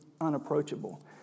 unapproachable